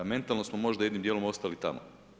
Mentalno smo možda jednim dijelom ostali tamo.